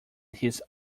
his